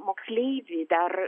moksleivį dar